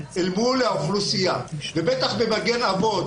אל מול האוכלוסייה ובטח במגן אבות,